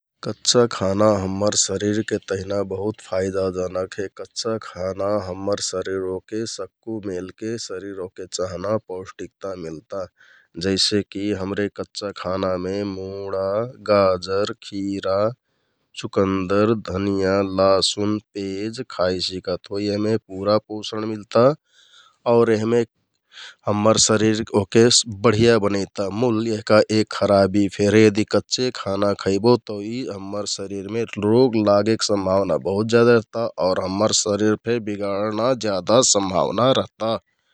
कच्चा खाना हम्मर शरिरके तेहना बहुत फाइदाजनक हे । कच्चा खाना हम्मर शरिर ओहके सक्कु मेलके शरिर ओहके चहना पौष्टिकता मिलता । जैसेकि हमरे कच्चा खानामे मुडा, जागर, खिरा, चुकन्दर, धनियाँ, लासुन, पेज खाइ सिकत होइ । यहमे पुरा पोषण मिलता आउर यहमे हम्मर शरिर ओहके बढिया बनैता मुल यहका एक खराबि फेर हे । यदि कच्चे खाना खैबो तौ यि हम्मर शरिरमे रोग लागेक सम्भावना बहुत ज्यादा रहता आउर शरिर फेर बिगाडना जेदा सम्भावना रहता ।